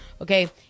Okay